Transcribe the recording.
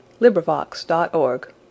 LibriVox.org